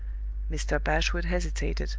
mr. bashwood hesitated.